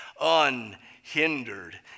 Unhindered